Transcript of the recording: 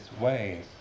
ways